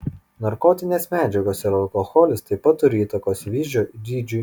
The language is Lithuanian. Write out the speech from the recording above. narkotinės medžiagos ir alkoholis taip pat turi įtakos vyzdžio dydžiui